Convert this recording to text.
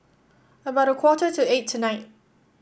about a quarter to eight tonight